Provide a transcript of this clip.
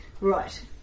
right